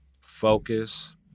focus